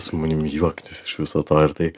su manim juoktis iš viso to ir tai